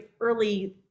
early